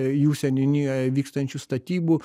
jų seniūnijoje vykstančių statybų